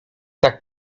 tak